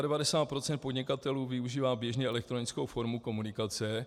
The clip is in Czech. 95 % podnikatelů využívá běžně elektronickou formu komunikace.